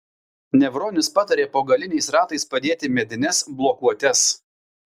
nevronis patarė po galiniais ratais padėti medines blokuotes